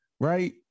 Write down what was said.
Right